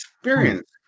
experience